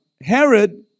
Herod